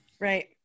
Right